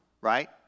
Right